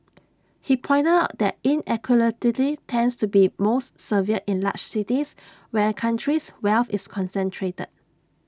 he pointed out that inequality tends to be most severe in large cities where A country's wealth is concentrated